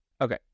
Okay